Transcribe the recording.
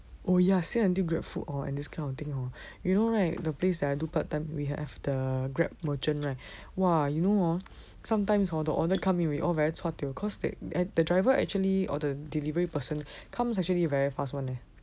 oh ya say until grabfood hor and this kind of thing you know right the place that I do part time we have the grab merchant right !wah! you know hor sometimes hor the order come in we all very chua tio cause they and the driver actually or the delivery person comes actually very fast [one] leh